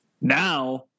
now